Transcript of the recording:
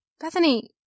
Bethany